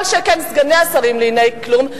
כל שכן סגני השרים לענייני כלום,